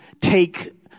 take